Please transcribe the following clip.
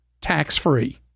tax-free